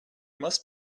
must